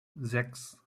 sechs